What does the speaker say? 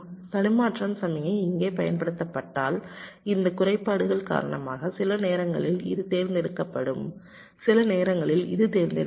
தடுமாற்ற சமிக்ஞை இங்கே பயன்படுத்தப்பட்டால் இந்த குறைபாடுகள் காரணமாக சில நேரங்களில் இது தேர்ந்தெடுக்கப்படும் சில நேரங்களில் இது தேர்ந்தெடுக்கப்படும்